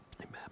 amen